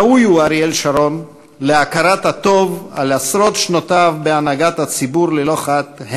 ראוי הוא אריאל שרון להכרת הטוב על עשרות שנותיו בהנהגת הציבור ללא חת,